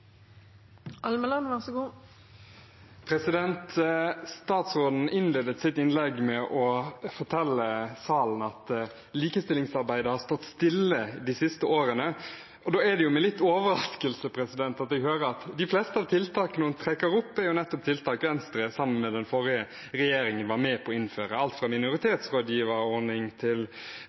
Statsråden innledet sitt innlegg med å fortelle salen at likestillingsarbeidet har stått stille de siste årene. Da er det med litt overraskelse jeg hører at de fleste tiltakene hun trekker opp, er nettopp tiltak Venstre sammen med den forrige regjeringen var med på å innføre, alt fra minoritetsrådgiverordning til